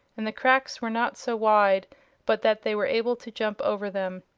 and the cracks were not so wide but that they were able to jump over them.